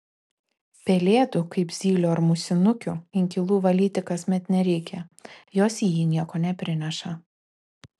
pelėdų kaip zylių ar musinukių inkilų valyti kasmet nereikia jos į jį nieko neprineša